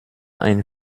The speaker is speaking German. ein